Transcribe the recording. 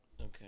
Okay